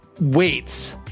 weights